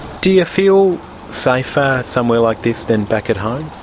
do you feel safer somewhere like this than back at home?